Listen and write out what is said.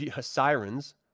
sirens